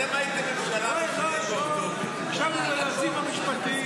אתם הייתם ממשלה --- ישבנו עם היועצים המשפטיים,